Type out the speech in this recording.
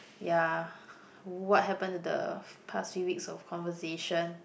ya what happened to the past few weeks of conversation